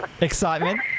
Excitement